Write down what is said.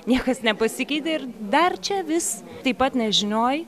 niekas nepasikeitė ir dar čia vis taip pat nežinioj